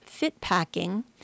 Fitpacking